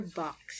box